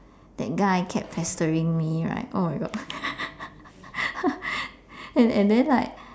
that guy kept pestering me right oh my god and and then like